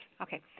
Okay